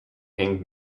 hang